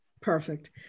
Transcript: Perfect